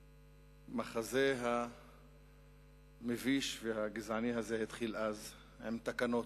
והמחזה המביש והגזעני הזה התחיל אז עם התקנות.